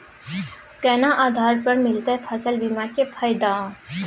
केना आधार पर मिलतै फसल बीमा के फैदा?